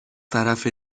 طرف